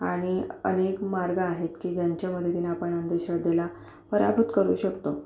आणि अनेक मार्ग आहेत की ज्यांच्या मदतीने आपण अंधश्रद्धेला पराभूत करू शकतो